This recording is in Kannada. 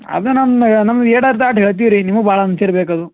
ಅದೇ ನಮಗ ನಮ್ಗೆ ಎಷ್ಟಾತ್ ಆಷ್ಟ್ ಹೇಳ್ತೀವಿ ರೀ ನಿಮ್ಗೆ ಭಾಳ ಅನಿಸಿರ್ಬೇಕದು